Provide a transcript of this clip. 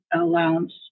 allowance